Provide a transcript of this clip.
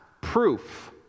proof